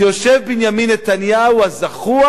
שיושב בנימין נתניהו הזחוח,